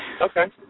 Okay